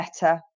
better